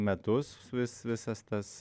metus vis visas tas